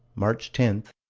march ten,